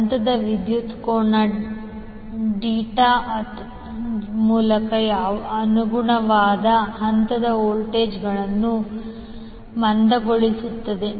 ಹಂತದ ವಿದ್ಯುತ್ ಕೋನ ಥೀಟಾ ಮೂಲಕ ಅವುಗಳ ಅನುಗುಣವಾದ ಹಂತದ ವೋಲ್ಟೇಜ್ಗಳನ್ನು ಮಂದಗೊಳಿಸುತ್ತವೆ